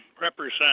represent